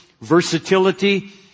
versatility